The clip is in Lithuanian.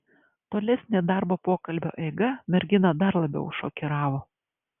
tolesnė darbo pokalbio eiga merginą dar labiau šokiravo